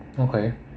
okay